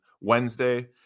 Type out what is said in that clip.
Wednesday